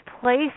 place